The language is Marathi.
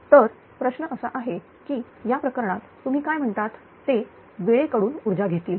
तर प्रश्न असा आहे की या प्रकरणात तुम्ही काय म्हणतात ते वेळ कडून ऊर्जा घेतील